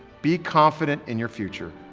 be confident in your future.